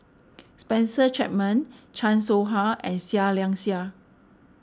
Spencer Chapman Chan Soh Ha and Seah Liang Seah